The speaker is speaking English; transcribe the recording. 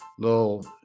little